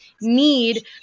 need